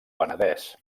penedès